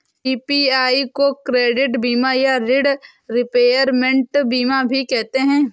PPI को credit बीमा या ॠण रिपेयरमेंट बीमा भी कहते हैं